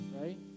right